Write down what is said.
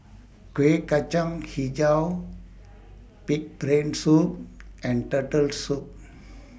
Kueh Kacang Hijau Pig'S Brain Soup and Turtle Soup